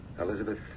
Elizabeth